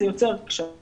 זה יוצר קשיים